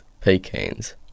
pecans